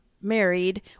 married